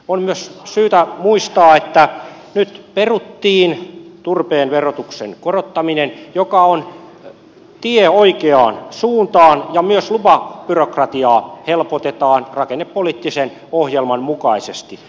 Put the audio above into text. on myös syytä muistaa että nyt peruttiin turpeen verotuksen korottaminen mikä on tie oikeaan suuntaan ja myös lupabyrokratiaa helpotetaan rakennepoliittisen ohjelman mukaisesti